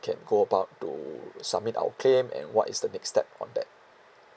can go about to submit our claim and what is the next step on that